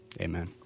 Amen